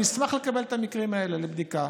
אני אשמח לקבל את המקרים האלה לבדיקה,